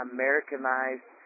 Americanized